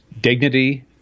dignity